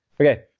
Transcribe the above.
Okay